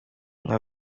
nka